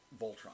Voltron